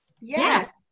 Yes